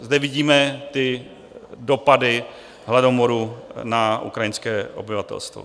Zde vidíme dopady hladomoru na ukrajinské obyvatelstvo.